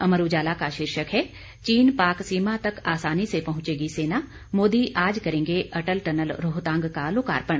अमर उजाला का शीर्षक है चीन पाक सीमा तक आसानी से पहुंचेगी सेना मोदी आज करेंगे अटल टनल रोहतांग का लोकार्पण